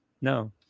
No